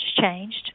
changed